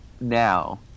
now